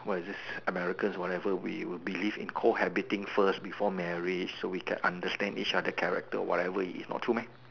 what is it Americans or whatever we will believe in cohabiting first before marriage so we can understand each other character not true meh